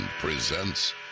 presents